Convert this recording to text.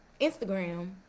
Instagram